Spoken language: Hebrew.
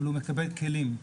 אבל הוא מקבל כלים.